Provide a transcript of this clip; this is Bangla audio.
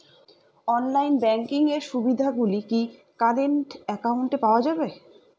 অনলাইন ব্যাংকিং এর সুবিধে গুলি কি কারেন্ট অ্যাকাউন্টে পাওয়া যাবে?